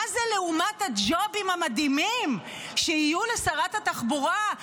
מה זה לעומת הג'ובים המדהימים שיהיו לשרת התחבורה,